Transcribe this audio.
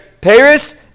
Paris